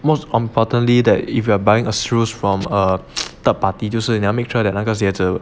most importantly that if you are buying a shoes from err third party 就是你要 make sure that 那个鞋子